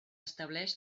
estableix